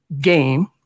game